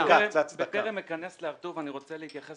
בטרם אכנס ל"הר-טוב" אני רוצה להתייחס